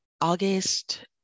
August